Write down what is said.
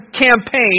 campaign